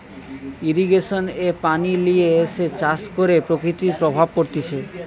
irrigation এ পানি লিয়ে এসে চাষ করে প্রকৃতির প্রভাব পড়তিছে